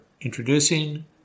introducing